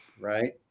Right